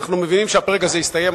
אנחנו מבינים שהפרק הזה הסתיים,